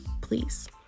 please